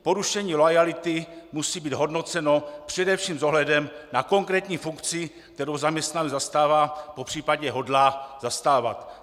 Porušení loajality musí být hodnoceno především s ohledem na konkrétní funkci, kterou zaměstnanec zastává, popřípadě hodlá zastávat.